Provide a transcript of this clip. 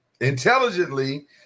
Intelligently